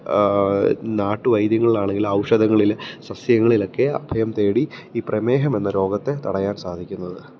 നാട്ടുവൈദ്യങ്ങളിലാണെങ്കില് ഔഷധങ്ങളിൽ സസ്യങ്ങളിലൊക്കെ അഭയംതേടി ഈ പ്രമേഹമെന്ന രോഗത്തെ തടയാൻ സാധിക്കുന്നത്